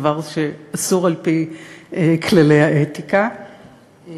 דבר שאסור על-פי כללי התקנון,